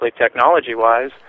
technology-wise